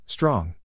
strong